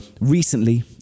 recently